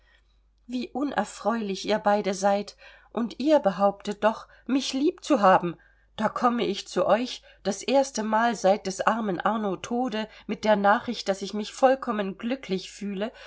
wie unfreundlich ihr beide seid und ihr behauptet doch mich lieb zu haben da komme ich zu euch das erste mal seit des armen arno tode mit der nachricht daß ich mich vollkommen glücklich fühle